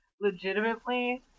legitimately